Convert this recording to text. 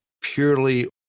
purely